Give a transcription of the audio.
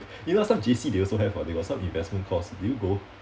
you know last time J_C they also have [what] they got some investment course did you go